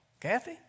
Kathy